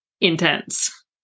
intense